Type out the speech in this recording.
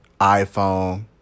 iPhone